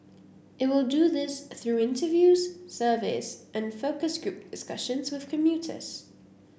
it will do this through interviews surveys and focus group discussions with commuters